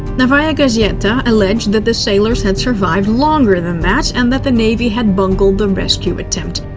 novaya gazeta alleged that the sailors had survived longer than that and that the navy had bungled the rescue attempt.